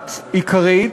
אחת עיקרית,